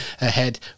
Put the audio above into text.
ahead